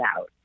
out